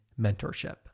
Mentorship